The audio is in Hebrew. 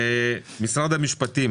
משרד המשפטים,